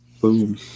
boom